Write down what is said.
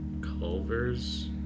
Culver's